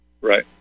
right